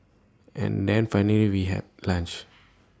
and then finally we had lunch